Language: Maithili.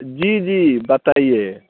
जी जी बताइए